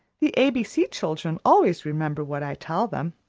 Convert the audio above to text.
the a b c children always remember what i tell them.